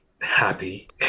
happy